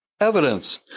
evidence